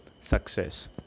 success